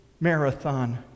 marathon